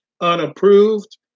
unapproved